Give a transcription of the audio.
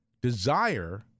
desire